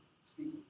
Speaking